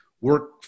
work